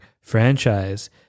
franchise